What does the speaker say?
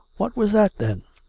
what was that, then